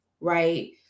right